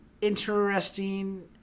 interesting